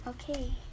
Okay